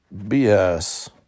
BS